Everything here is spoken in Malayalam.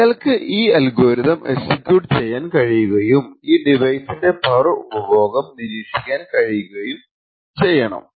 അയാൾക്ക് ഈ അൽഗോരിതം എക്സിക്യൂട്ട് ചെയ്യാൻ കഴിയുകയും ഈ ഡിവൈസിന്റെ പവർ ഉപഭോഗം നിരീക്ഷിക്കാൻ കഴിയുകയും വേണം